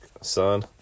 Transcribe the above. son